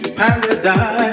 paradise